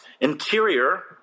Interior